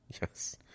Yes